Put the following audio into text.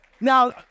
Now